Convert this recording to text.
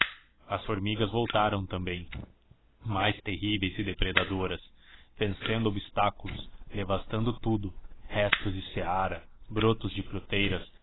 as formigas voltaram também mais terríveis e depredadoras vencendo obstáculos devastando tudo restos de seara brotos de fruteiras